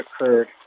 occurred